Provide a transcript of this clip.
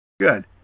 Good